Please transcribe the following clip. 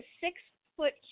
six-foot